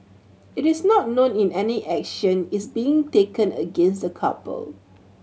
it is not known in any action is being taken against the couple